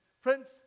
Friends